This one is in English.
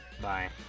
Bye